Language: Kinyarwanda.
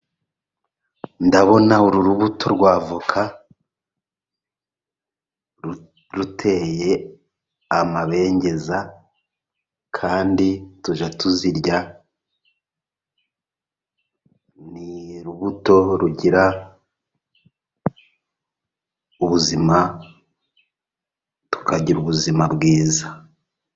Ndabona uru rubuto rw'avoka ruteye amabengeza, kandi tujya tuzirya. Ni urubuto rugira ubuzima, tukagira ubuzima bwiza.